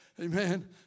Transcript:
Amen